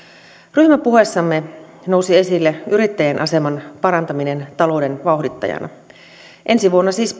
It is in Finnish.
ryhmäpuheessamme nousi esille yrittäjän aseman parantaminen talouden vauhdittajana ensi vuonna siis